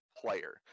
player